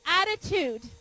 attitude